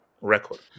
record